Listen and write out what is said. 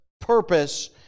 purpose